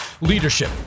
leadership